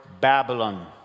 Babylon